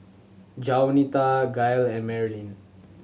Jaunita Gail and Marylyn